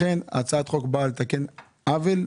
הצעת החוק באה לתקן עוול,